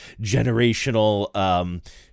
generational